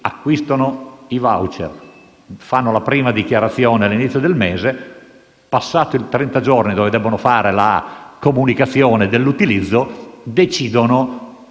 acquistano i *voucher*, fanno la prima dichiarazione all'inizio del mese e, passati i trenta giorni entro cui devono fare la comunicazione di utilizzo, decidono